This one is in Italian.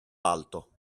l’alto